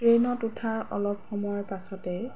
ট্ৰেইনত উঠাৰ অলপ সময়ৰ পাছতেই